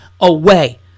away